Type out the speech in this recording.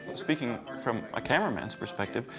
speaking from a cameraman's perspective,